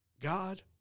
God